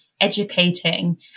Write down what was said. educating